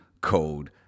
code